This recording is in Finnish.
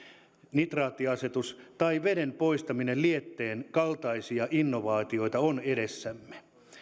nitraattiasetus tai veden lietteestä poistamisen kaltaisia innovaatioita on edessämme